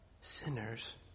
Sinners